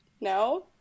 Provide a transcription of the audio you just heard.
No